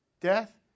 death